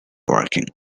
working